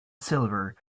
silver